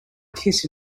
kiss